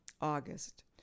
August